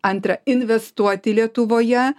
antra investuoti lietuvoje